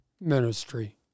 ministry